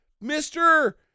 mister